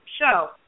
show